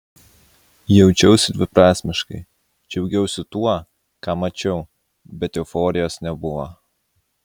jaučiausi dviprasmiškai džiaugiausi tuo ką mačiau bet euforijos nebuvo